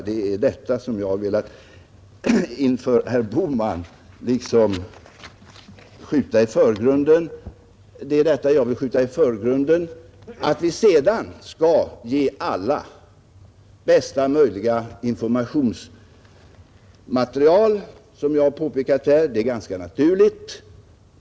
Det är detta, herr Bohman, som jag vill skjuta i förgrunden. Att vi sedan skall ge alla bästa möjliga informationsmaterial, som jag har påpekat här, är ganska naturligt.